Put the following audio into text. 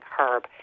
herb